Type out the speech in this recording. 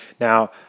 Now